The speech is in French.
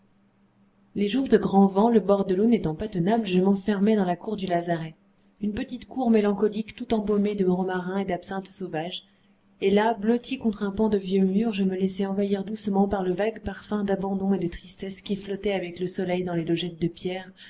les jours de grand vent le bord de l'eau n'étant pas tenable je m'enfermais dans la cour du lazaret une petite cour mélancolique toute embaumée de romarin et d'absinthe sauvage et là blotti contre un pan de vieux mur je me laissais envahir doucement par le vague parfum d'abandon et de tristesse qui flottait avec le soleil dans les logettes de pierre